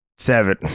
Seven